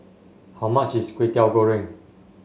how much is Kwetiau Goreng